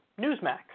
Newsmax